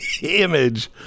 image